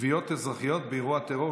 תביעות אזרחיות באירוע טרור,